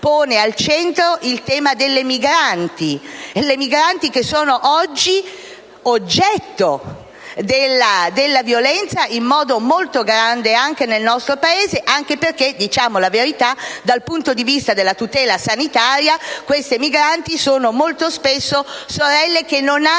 il tema delle migranti, che sono oggi oggetto di violenza, in modo rilevante anche nel nostro Paese, anche perché - diciamo la verità - dal punto di vista della tutela sanitaria, queste migranti sono molto spesso sorelle che non hanno